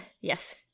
Yes